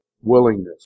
willingness